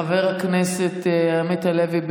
חבר הכנסת עמית הלוי,